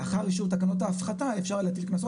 לאחר אישור תקנות ההפחתה אפשר יהיה להטיל כנסות.